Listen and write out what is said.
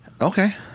Okay